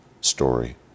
story